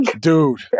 Dude